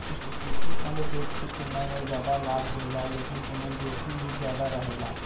equity fund डेब्ट के तुलना में जादा लाभ देला लेकिन एमन जोखिम भी ज्यादा रहेला